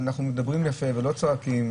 מדברים יפה ולא צועקים,